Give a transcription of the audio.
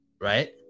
right